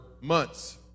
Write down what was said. months